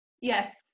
Yes